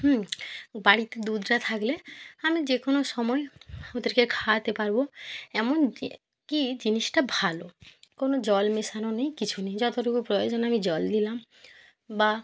বাড়িতে দুদটা থাকলে আমি যে কোনো সময় ওদেরকে খাওয়াতে পারবো এমন যে কি জিনিসটা ভালো কোনো জল মেশানো নেই কিছু নেই যতটুকু প্রয়োজন আমি জল দিলাম বা